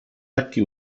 lekki